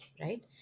Right